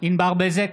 ענבר בזק,